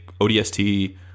ODST